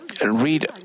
read